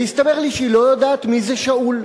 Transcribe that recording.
והסתבר לי שהיא לא יודעת מי זה שאול.